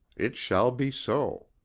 it shall be so.